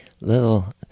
Little